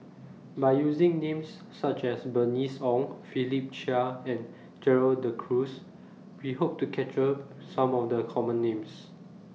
By using Names such as Bernice Ong Philip Chia and Gerald De Cruz We Hope to capture Some of The Common Names